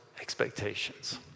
expectations